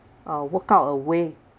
uh workout a way